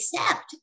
accept